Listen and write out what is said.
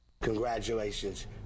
Congratulations